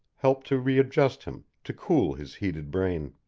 helped to readjust him, to cool his heated brain.